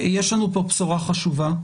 יש לנו פה בשורה חשובה,